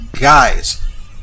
Guys